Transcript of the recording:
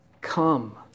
come